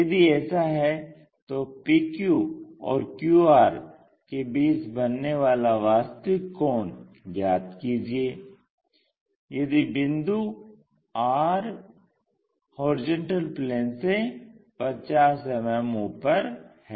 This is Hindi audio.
यदि ऐसा है तो PQ और QR के बीच बनने वाला वास्तविक कोण ज्ञात कीजिये यदि बिंदु R HP से 50 मिमी ऊपर है